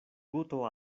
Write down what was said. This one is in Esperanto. guto